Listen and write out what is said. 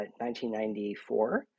1994